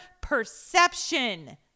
perception